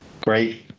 Great